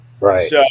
Right